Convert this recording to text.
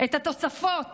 את התוספות